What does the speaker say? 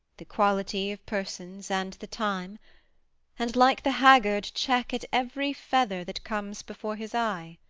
the quality of persons, and the time and, like the haggard, check at every feather that comes before his eye.